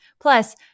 Plus